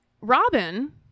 Robin